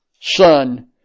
son